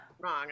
wrong